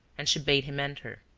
and she bade him enter.